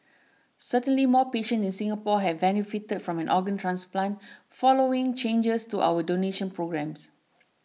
certainly more patients in Singapore have benefited from an organ transplant following changes to our donation programmes